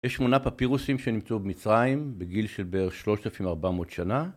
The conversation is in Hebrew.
יש שמונה פפירוסים שנמצאו במצרים בגיל של בערך 3,400 שנה